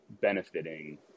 benefiting